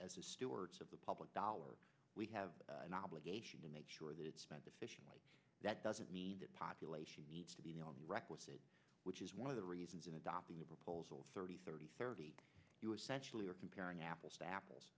as stewards of the public dollar we have an obligation to make sure that it's spent efficiently that doesn't mean that population needs to be on the requisite which is one of the reasons in adopting the proposals thirty thirty thirty century are comparing apples to apples